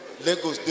Lagos